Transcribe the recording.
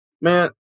man